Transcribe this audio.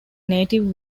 native